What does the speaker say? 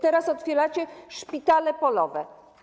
Teraz otwieracie szpitale polowe.